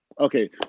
Okay